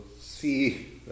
see